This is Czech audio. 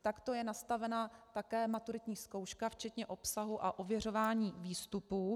Takto je nastavena také maturitní zkouška včetně obsahu a ověřování výstupů.